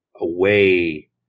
away